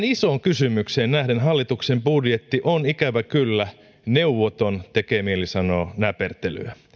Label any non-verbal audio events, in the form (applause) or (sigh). (unintelligible) isoon kysymykseen nähden hallituksen budjetti on ikävä kyllä neuvoton tekee mieli sanoa näpertelyä